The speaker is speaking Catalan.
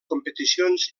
competicions